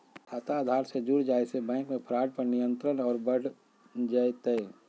खाता आधार से जुड़ जाये से बैंक मे फ्रॉड पर नियंत्रण और बढ़ जय तय